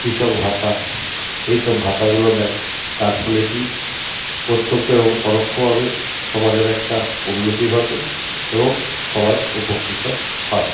কৃষক ভাতা এইসব ভাতাগুলো দেয় তার ফলে কি প্রত্যক্ষ এবং পরোক্ষভাবে সমাজের একটা উন্নতি ঘটে এবং সবাই উপকৃত হয়